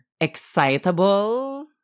excitable